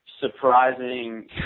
surprising